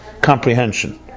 comprehension